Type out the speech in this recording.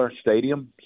stadium